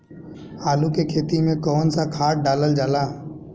आलू के खेती में कवन सा खाद डालल जाला?